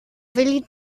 willi